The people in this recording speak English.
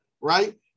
right